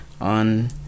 on